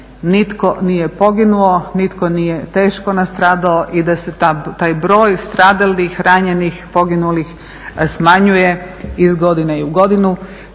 nitko nije poginuo, nitko nije teško nastradao i da se taj broj stradalih, ranjenih, poginulih smanjuje iz godine u godinu